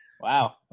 wow